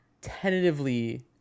tentatively